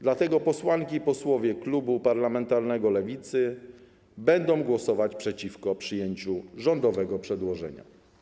Dlatego posłanki i posłowie klubu Parlamentarnego Lewicy będą głosować przeciwko przyjęciu rządowego przedłożenia.